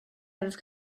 have